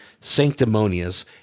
sanctimonious